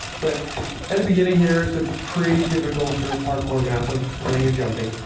but at the beginning here, it's a pretty typical sort of parkour map of running and jumping.